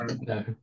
No